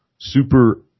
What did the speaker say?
super